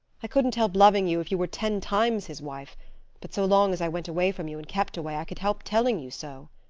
i couldn't help loving you if you were ten times his wife but so long as i went away from you and kept away i could help telling you so.